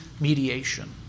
mediation